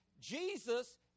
Jesus